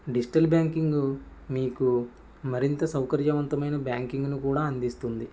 digital banking మీకు మరింత సౌకర్యవంతమయిన బ్యాంకింగ్ ను కూడా అందిస్తుంది